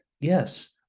yes